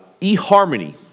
eHarmony